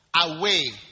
Away